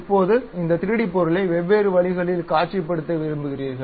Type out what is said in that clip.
இப்போது இந்த 3D பொருளை வெவ்வேறு வழிகளில் காட்சிப்படுத்த விரும்புகிறீர்கள்